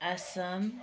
Assam